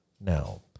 now